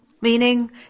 Meaning